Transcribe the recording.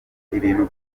ibintu